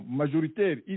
majoritaire